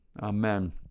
Amen